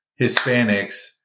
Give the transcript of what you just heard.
Hispanics